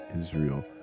Israel